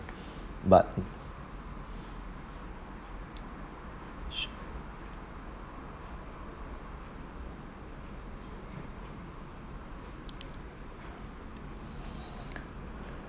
but